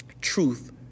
Truth